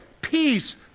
peace